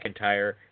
McIntyre